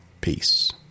Peace